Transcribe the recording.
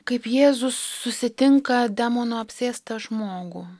kaip jėzus susitinka demono apsėstą žmogų